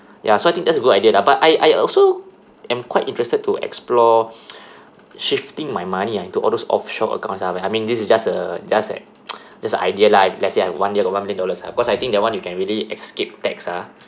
ya so I think that's a good idea lah but I I also am quite interested to explore shifting my money ah into all those offshore accounts ah where I mean this is just a just a just a idea lah let's say I one year got one million dollars ah because I think that one you can really escape tax ah